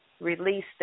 release